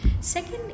second